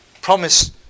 promise